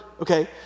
okay